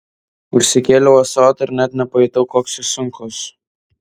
užsikėliau ąsotį ir net nepajutau koks jis sunkus